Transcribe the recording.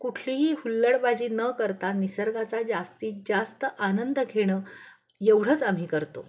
कुठलीही हुल्लडबाजी न करता निसर्गाचा जास्तीत जास्त आनंद घेणं एवढंच आम्ही करतो